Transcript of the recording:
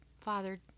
father